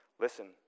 Listen